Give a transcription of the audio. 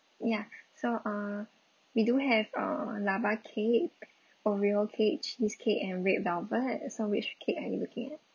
ya so uh we do have uh lava cake oreo cake cheesecake and red velvet so which cake are you looking at